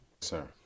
Sir